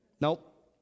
Nope